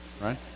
right